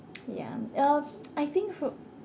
yeah uh I think for